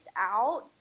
out